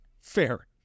Fair